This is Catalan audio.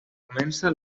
comença